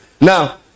now